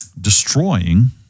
destroying